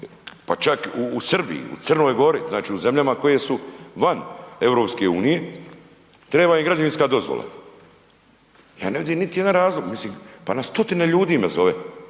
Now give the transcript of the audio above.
pa čak u Srbiji, u Crnoj Gori, znači u zemljama koje su van EU, treba im građevinska dozvola. Ja ne vidim niti jedan razlog, mislim, pa na stotine ljudi me zove.